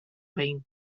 behin